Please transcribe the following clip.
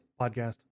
podcast